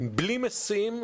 בלי משים,